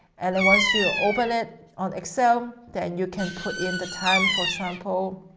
and then once you open it on excel, then you can put in the time, for example,